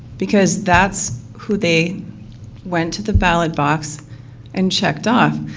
because that's who they went to the ballot box and checked off.